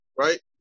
right